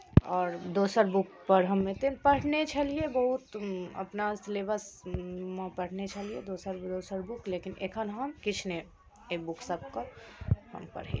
आओर दोसर बुकपर हम एतेक पढ़ने छलियै बहुत अपना सिलेबसमे पढ़ने छलियै दोसर दोसर बुक लेकिन एखन हम किछु नहि एहि बुकसभकेँ हम पढ़ै